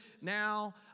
now